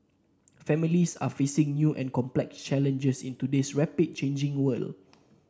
families are facing new and complex challenges in today's rapidly changing world